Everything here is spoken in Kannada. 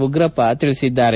ಉಗ್ರಪ್ಪ ಹೇಳಿದ್ದಾರೆ